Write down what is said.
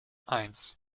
eins